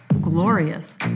glorious